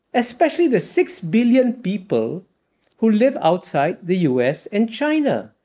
especially the six billion people who live outside the u. s. and china.